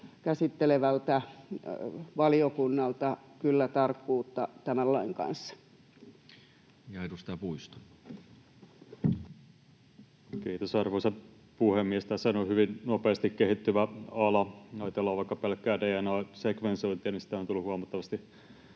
käsittelevältä valiokunnalta tarkkuutta tämän lain kanssa. Edustaja Puisto. Kiitos, arvoisa puhemies! Tässähän on hyvin nopeasti kehittyvä ala. Jos ajatellaan vaikka pelkkää DNA-sekvensointia, niin siitä on tullut huomattavasti